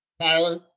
Tyler